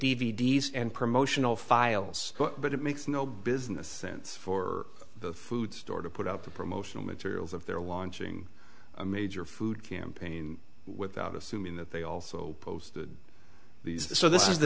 d s and promotional files but it makes no business sense for the food store to put out the promotional materials of their launching a major food campaign without assuming that they also posted these so th